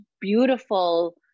beautiful